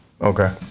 Okay